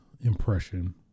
impression